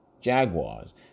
Jaguars